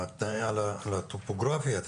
על הטופוגרפיה?